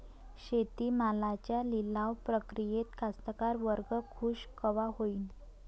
शेती मालाच्या लिलाव प्रक्रियेत कास्तकार वर्ग खूष कवा होईन?